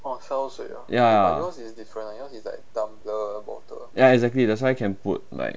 ya ya exactly that's why can put like